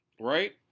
right